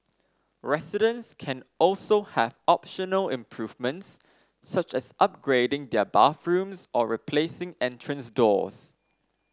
residents can also have optional improvements such as upgrading their bathrooms or replacing entrance doors